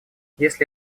если